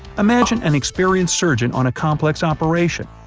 imagine and experienced surgeon on a complex operation.